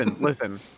listen